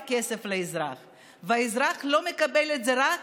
כסף לאזרח והאזרח לא מקבל את זה רק